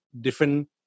different